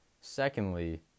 Secondly